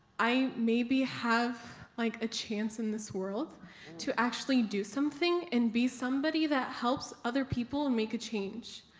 i maybe have like a chance in this world to actually do something, and be somebody, that helps other people and make a change.